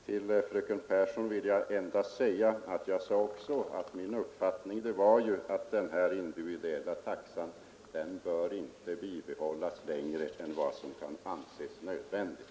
Till fröken Pehrsson vill jag endast säga att min uppfattning var att den individuella taxan inte bör bibehållas längre än vad som kan anses nödvändigt.